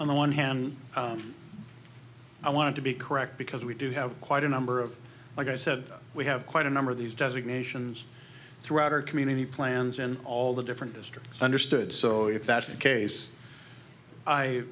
on the one hand i want to be correct because we do have quite a number of like i said we have quite a number of these designations throughout our community plans and all the different districts understood so if that's the case i